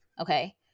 okay